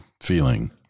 feeling